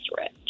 rich